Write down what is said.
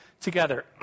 together